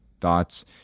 thoughts